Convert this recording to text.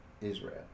Israel